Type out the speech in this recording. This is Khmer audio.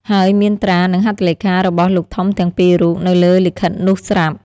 ហើយមានត្រា និង ហត្ថលេខា របស់លោកធំទាំងពីររូបនៅលើលិខិតនោះស្រាប់។